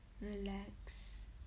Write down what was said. relax